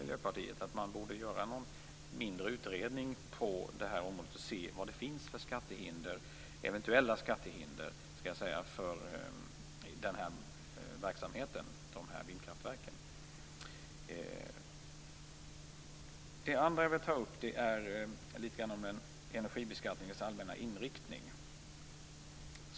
Miljöpartiet har därför föreslagit en mindre utredning på området för att se vad det finns för eventuella skattehinder för vindkraftverken. Det andra som jag vill ta upp är litet grand om energibeskattningens allmänna inriktning.